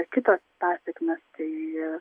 ir kitos pasekmės tai